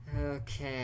Okay